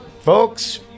Folks